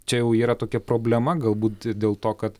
čia jau yra tokia problema galbūt dėl to kad